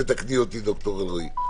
תתקני אותי ד"ר אלרעי,